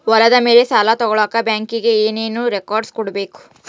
ಹೊಲದ ಮೇಲೆ ಸಾಲ ತಗಳಕ ಬ್ಯಾಂಕಿಗೆ ಏನು ಏನು ರೆಕಾರ್ಡ್ಸ್ ಕೊಡಬೇಕು?